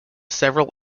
several